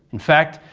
in fact,